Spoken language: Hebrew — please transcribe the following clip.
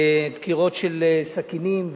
דקירות של סכינים,